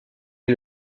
est